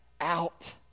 out